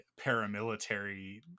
paramilitary